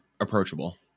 approachable